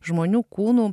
žmonių kūnų